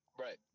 Right